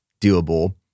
doable